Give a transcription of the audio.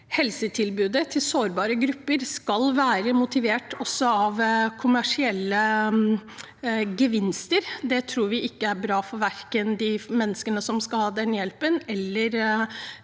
helsetilbudet til sårbare grupper skal være motivert også av kommersielle gevinster. Det tror vi ikke er bra, verken for de menneskene som skal ha den hjelpen,